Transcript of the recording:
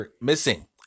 missing